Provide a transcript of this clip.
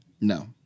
No